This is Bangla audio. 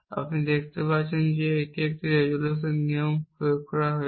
আপনি দেখতে পাচ্ছেন যে এটি একই রেজোলিউশনের নিয়ম প্রয়োগ করা হচ্ছে